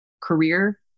career